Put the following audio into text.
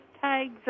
tags